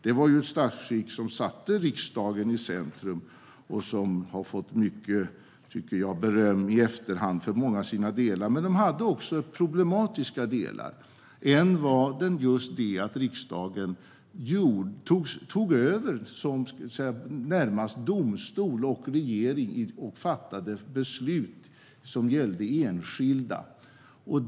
Det var ju ett statsskick som satte riksdagen i centrum och som har fått mycket beröm i efterhand för många av sina delar. Det fanns dock problematiska delar. En var just att riksdagen tog över som närmast domstol och regering och fattade beslut som gällde enskilda.